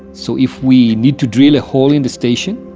so if we need to drill a hole in the station,